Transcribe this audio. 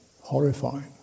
horrifying